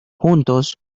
juntos